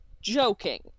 joking